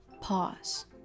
Pause